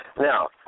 Now